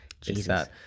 Jesus